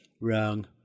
wrong